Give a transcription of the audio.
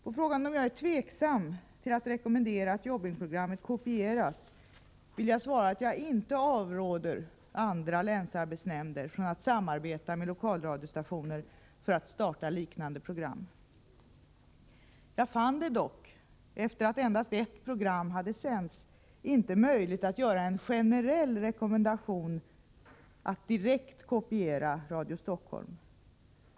På frågan om jag är tveksam till att rekommendera att programmet Jobbing kopieras vill jag svara att jag inte avråder andra länsarbetsnämnder från att samarbeta med lokalradiostationer för att starta liknande program. Jag fann det dock — efter att endast ett program hade sänts — inte möjligt att göra en generell rekommendation att direkt kopiera Radio Stockholm.